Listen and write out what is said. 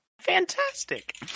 Fantastic